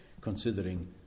considering